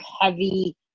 heavy